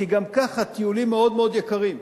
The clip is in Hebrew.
כי גם ככה טיולים מאוד מאוד יקרים.